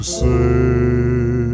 say